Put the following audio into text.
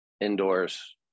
indoors